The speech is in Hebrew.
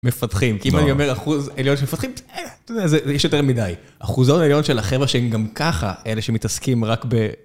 מפתחים, כי אם אני אומר אחוז עליון של מפתחים, זה יש יותר מדי. אחוזון עליון של החבר'ה שהם גם ככה, אלה שמתעסקים רק ב...